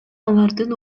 алардын